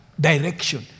direction